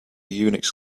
unix